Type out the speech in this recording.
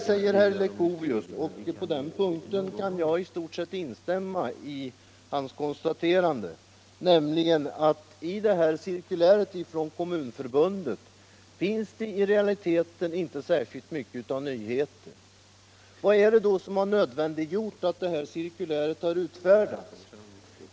Sedan kan jag i stort sett instämma med herr Leuchovius när han säger att i cirkuläret från Kommunförbundet finns det i realiteten inte särskilt mycket av nyheter. Vad är det då som har nödvändiggjort att cirkuläret utfärdats?